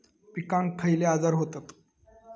पिकांक खयले आजार व्हतत?